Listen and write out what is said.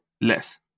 less